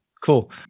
Cool